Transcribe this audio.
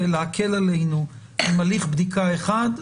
ולהקל עלינו עם הליך בדיקה אחד,